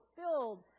filled